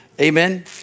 Amen